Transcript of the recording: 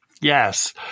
Yes